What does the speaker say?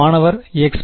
மாணவர்x′